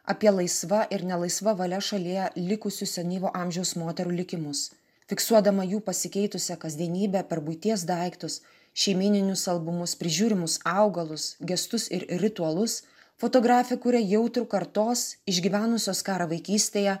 apie laisva ir ne laisva valia šalyje likusių senyvo amžiaus moterų likimus fiksuodama jų pasikeitusią kasdienybę per buities daiktus šeimyninius albumus prižiūrimus augalus gestus ir ritualus fotografė kuria jautrų kartos išgyvenusios karą vaikystėje